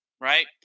right